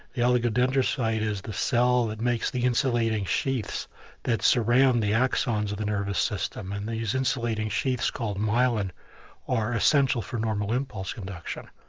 the oligodendrocyte is the cell that makes the insulating sheaths that surround the axons of the nervous system. and these insulating sheaths called myelin are essential for normal impulse conduction.